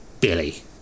Billy